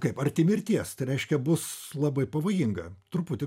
kaip arti mirties tai reiškia bus labai pavojinga truputį